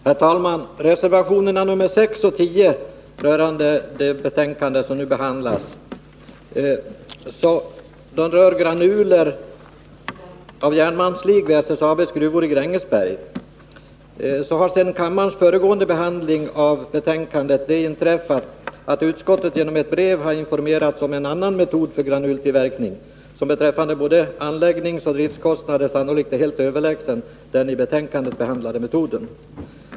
Herr talman! Reservationerna 6 och 10 vid det betänkande som nu behandlas rör granuler av järnmalmsslig vid SSAB:s gruvor i Grängesberg. Sedan kammarens föregående behandling av ärendet har utskottet genom ett brev informerats om en ny metod för granultillverkning som beträffande både anläggningsoch driftkostnader sannolikt är helt överlägsen den i betänkandet behandlade metoden.